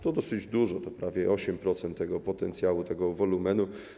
To dosyć dużo, to prawie 8% tego potencjału, tego wolumenu.